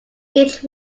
each